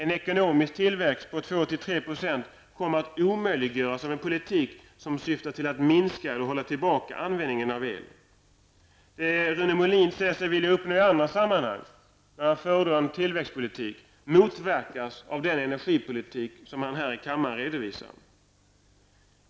En ekonomisk tillväxt på 2-3 Jo kommer att omöjliggöras av en politik som syftar till att minska eller hålla tillbaka användningen av el. Det Rune Molin i andra sammanhang — när han förordar en tillväxtpolitik — säger sig vilja uppnå motverkas av den energipolitik som han här i kammaren redovisar.